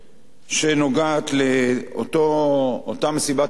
שנוגעת באותה מסיבת עיתונאים: